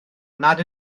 nad